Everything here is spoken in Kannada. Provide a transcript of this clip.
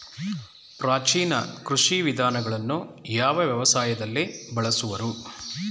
ಪ್ರಾಚೀನ ಕೃಷಿ ವಿಧಾನಗಳನ್ನು ಯಾವ ವ್ಯವಸಾಯದಲ್ಲಿ ಬಳಸುವರು?